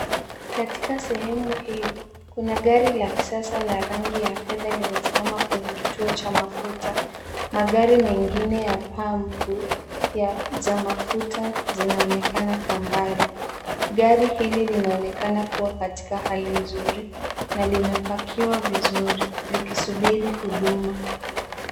Katika sehemu hii, kuna gari la kifahari la rangi ya fedha limesimama kwenye kituo cha mafuta. Magari mengine ya pambu za mafuta zinaonekana kwa mbali. Gari hili linaonekana kua katika hali nzuri, na limepakiwa vizuri, likisubiri huduma.